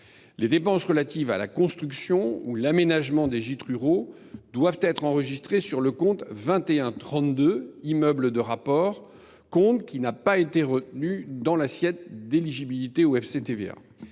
Les dépenses relatives à la construction ou à l’aménagement des gîtes ruraux doivent être enregistrées sur le compte n° 2132 « Immeubles de rapport », lequel n’a pas été retenu dans l’assiette d’éligibilité au FCTVA.